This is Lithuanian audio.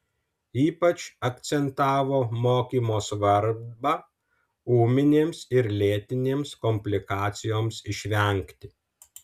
ypač akcentavo mokymo svarbą ūminėms ir lėtinėms komplikacijoms išvengti